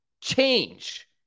change